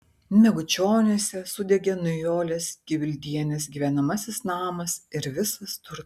megučioniuose sudegė nijolės kibildienės gyvenamasis namas ir visas turtas